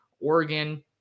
Oregon